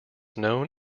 known